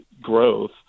growth